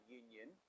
union